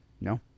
No